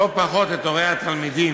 לא פחות, את הורי התלמידים,